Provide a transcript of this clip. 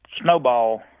Snowball